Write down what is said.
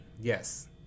Yes